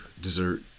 dessert